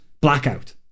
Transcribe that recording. blackout